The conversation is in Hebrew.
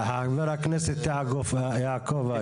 חבר הכנסת יעקב אשר.